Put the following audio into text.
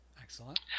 Excellent